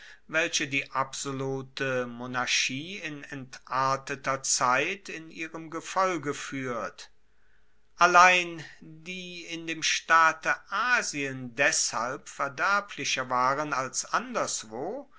welche die absolute monarchie in entarteter zeit in ihrem gefolge fuehrt allein die in dem staate asien deshalb verderblicher waren als anderswo